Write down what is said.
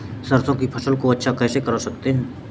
सरसो की फसल को अच्छा कैसे कर सकता हूँ?